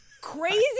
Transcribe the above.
crazy